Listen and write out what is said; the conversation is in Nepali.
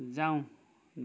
जाँऊ